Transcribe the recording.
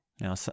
Now